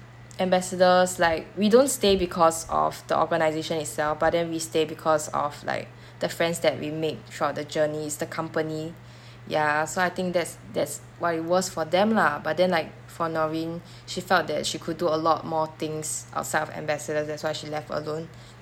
ambassadors like we don't stay because of the organisation itself but then we stay because of like the friends that we made throughout the journey is the company ya so I think that~ that's why it works for them lah but then like for norin she felt that she could do a lot more things outside of ambassador that's why she left alone